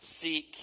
Seek